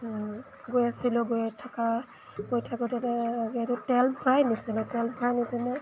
গৈ আছিলোঁ গৈ থকা গৈ থাকোঁতে তেল ভৰাই নিছিলোঁ তেল ভৰাই নিদিলে